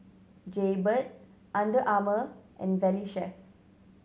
Jaybird Under Armour and Valley Chef